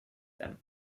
them